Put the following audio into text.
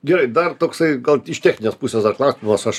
gerai dar toksai gal iš techninės pusės dar klausimas aš